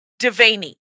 Devaney